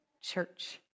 Church